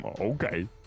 Okay